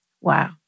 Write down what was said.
wow